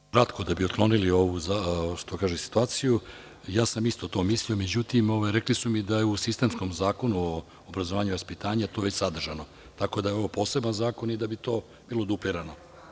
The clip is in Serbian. Samo kratko, da bi otklonili ovu, da kažem situaciju, ja sam isto to mislio, ali rekli su mi da je u sistemskom Zakonu o obrazovanju i vaspitanju već sadržano, tako da je ovo poseban zakon i da bi to bilo duplirano.